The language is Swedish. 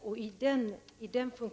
Fru talman!